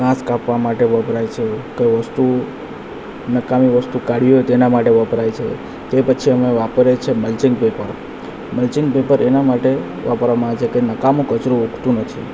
ઘાસ કાપવા માટે વપરાય છે કોઈ વસ્તુ નકામી વસ્તુ કાઢવી હોય તેના માટે વપરાય છે તે પછી અમે વાપરીએ છીએ મલ્ચીંગ પેપર મલ્ચીંગ પેપર એના માટે વાપરવામાં આવે છે કે નકામા કચરો ઉગતો નથી